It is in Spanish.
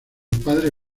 padre